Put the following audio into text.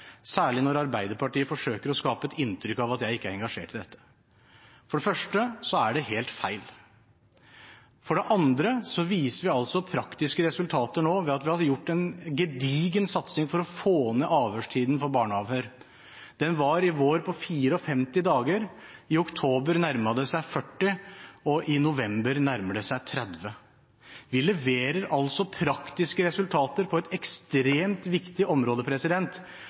ikke er engasjert i dette. For det første så er det helt feil. For det andre viser vi altså praktiske resultater nå ved at vi har gjort en gedigen satsing for å få ned avhørstiden for barneavhør. Den var i vår på 54 dager. I oktober nærmet det seg 40, og i november nærmet det seg 30. Vi leverer altså praktiske resultater på et ekstremt viktig område,